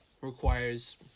requires